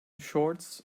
shorts